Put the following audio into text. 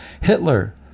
Hitler